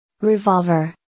Revolver